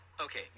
Okay